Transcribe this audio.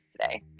today